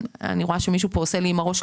אני רואה שמישהו פה עושה לי לא עם הראש,